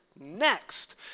next